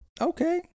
Okay